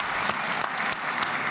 פצוע: